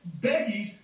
Beggies